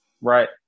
right